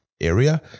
area